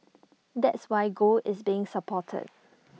that's why gold is being supported